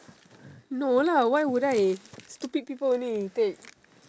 no lah why would I stupid people only take